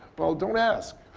well, don't ask.